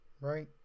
right